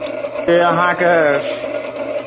से अहाँके